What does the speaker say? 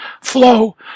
flow